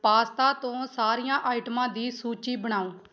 pasta ਤੋਂ ਸਾਰੀਆਂ ਆਈਟਮਾਂ ਦੀ ਸੂਚੀ ਬਣਾਓ